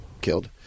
killed